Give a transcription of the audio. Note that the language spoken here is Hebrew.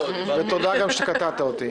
וגם תודה שקטעת אותי...